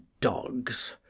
dogs